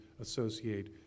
associate